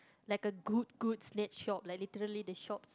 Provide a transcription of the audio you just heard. like a good good snack shop like literally the shops